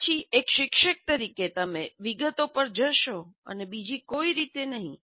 પછી એક શિક્ષક તરીકે તમે વિગતો પર જશો અને બીજી કોઈ રીતે નહીં